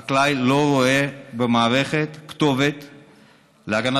החקלאי לא רואה במערכת כתובת להגנתו,